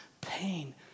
pain